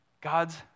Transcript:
God's